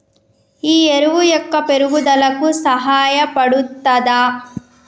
ఈ ఎరువు మొక్క పెరుగుదలకు సహాయపడుతదా?